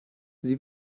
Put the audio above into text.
sie